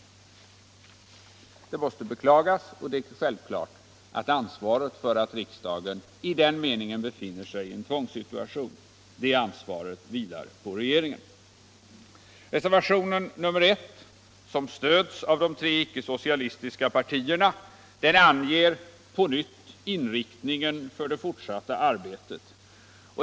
Detta måste beklagas, och det är självklart att ansvaret för att riksdagen i den meningen befinner sig i en tvångssituation vilar på regeringen. Reservationen 1, som stöds av de tre icke-socialistiska partierna, anger på nytt inriktningen för det fortsatta arbetet.